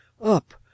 up